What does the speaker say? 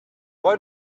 why